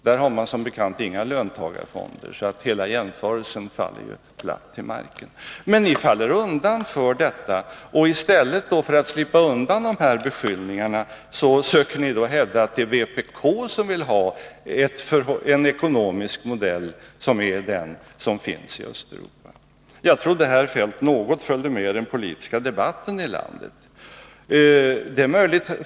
Där har man som bekant inga löntagarfonder, så hela jämförelsen faller platt till marken. Men ni faller undan för detta. I stället söker ni för att slippa undan dessa beskyllningar hävda att det är vpk som vill ha en ekonomisk modell som är den som finns i Östeuropa. Jag trodde att herr Feldt något följde med i den politiska debatten i landet.